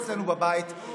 אצלנו בבית,